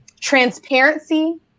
transparency